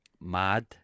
Mad